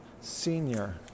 senior